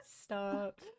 Stop